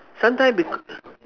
sometime becau~